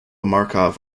markov